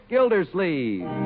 Gildersleeve